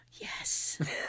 yes